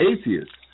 atheists